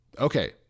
Okay